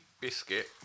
biscuit